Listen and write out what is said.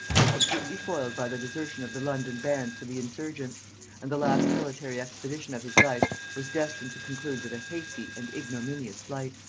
were completely foiled by the desertion of the london bands to the insurgents and the last military expedition of his life was destined to conclude with a hasty and ignominious flight.